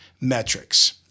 metrics